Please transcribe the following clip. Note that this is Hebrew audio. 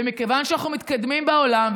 ומכיוון שאנחנו מתקדמים בעולם,